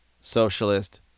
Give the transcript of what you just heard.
Socialist